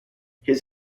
his